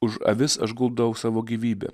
už avis aš guldau savo gyvybę